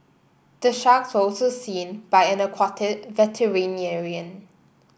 the sharks were also seen by an aquatic veterinarian